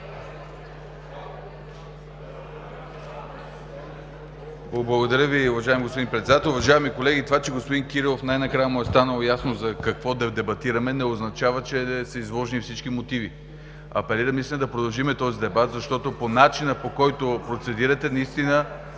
Благодаря Ви, уважаеми господин Председател. Уважаеми колеги, това че на господин Кирилов най-накрая му е станало ясно за какво дебатираме не означава, че са изложени всички мотиви. Апелирам наистина да продължим този дебат, защото по начина, по който процедирате, наистина